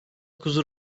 kuzu